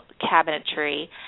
cabinetry